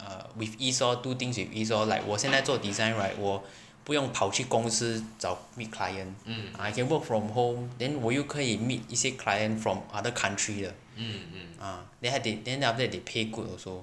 with ease orh do things with ease orh like 我现在做 design right 我不用跑去公司找 meet client I can work from home then 我又可以 meet 一些 client from other country 的 ah then 他 after that they pay good also